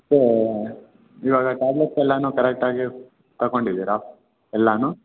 ಮತ್ತು ಇವಾಗ ಟ್ಯಾಬ್ಲೆಟ್ಸ್ ಎಲ್ಲನೂ ಕರೆಕ್ಟಾಗಿ ತಕೊಂಡಿದ್ದೀರಾ ಎಲ್ಲನೂ